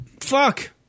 fuck